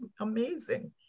amazing